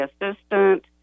assistant